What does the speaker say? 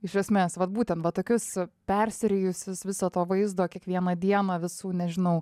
iš esmes vat būtent va tokius persiryjusius viso to vaizdo kiekvieną dieną visų nežinau